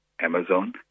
Amazon